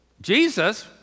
Jesus